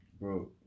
bro